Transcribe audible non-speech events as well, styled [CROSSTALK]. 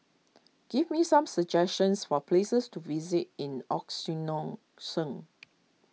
give me some suggestions for places to visit in [UNINTELLIGIBLE]